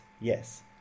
yes